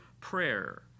prayer